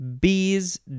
Bees